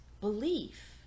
Belief